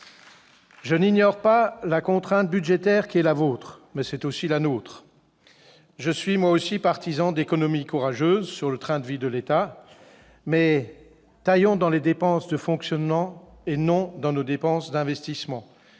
Je n'ignore pas la contrainte budgétaire qui est la vôtre- c'est aussi la nôtre ! Je suis, moi aussi, partisan d'économies courageuses sur le train de vie de l'État, mais taillons dans les dépenses de fonctionnement, et non d'investissement.